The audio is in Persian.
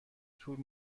طول